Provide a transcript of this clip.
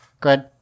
good